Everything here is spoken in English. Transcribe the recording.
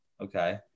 Okay